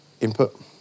input